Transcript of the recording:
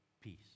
peace